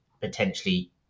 potentially